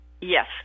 Yes